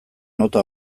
nota